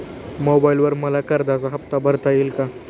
मोबाइलवर मला कर्जाचा हफ्ता भरता येईल का?